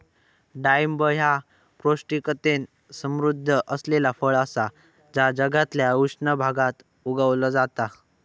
डाळिंब ह्या पौष्टिकतेन समृध्द असलेला फळ असा जा जगातल्या उष्ण भागात उगवला जाता